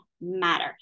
matter